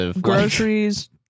groceries